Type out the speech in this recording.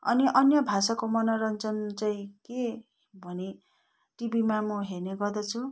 अनि अन्य भाषाको मनोरञ्जन चाहिँ के भनी टिभीमा म हेर्ने गर्दछु